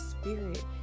spirit